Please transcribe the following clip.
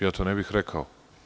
Ja to ne bih rekao.